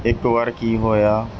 ਇੱਕ ਵਾਰ ਕੀ ਹੋਇਆ